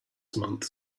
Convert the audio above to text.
months